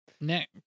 Next